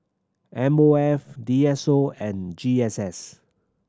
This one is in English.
M O F D S O and G S S